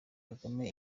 kagame